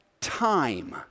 time